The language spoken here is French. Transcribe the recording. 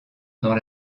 dans